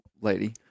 lady